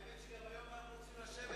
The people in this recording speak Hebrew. האמת היא שגם היום אנחנו רוצים לשבת,